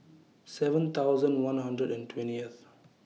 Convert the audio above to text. seven thousand one hundred and twentieth